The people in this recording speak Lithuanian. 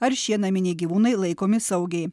ar šie naminiai gyvūnai laikomi saugiai